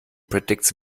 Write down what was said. predicts